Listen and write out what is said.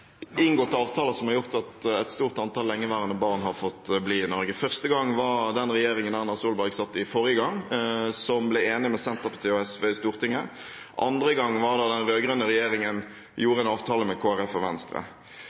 inngått avtaler som har gjort at et stort antall lengeværende barn har fått bli i Norge. Første gang var da regjeringen Erna Solberg satt i forrige gang, ble enig med Senterpartiet og SV i Stortinget, andre gang var da den rød-grønne regjeringen gjorde en avtale med Kristelig Folkeparti og Venstre.